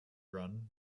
run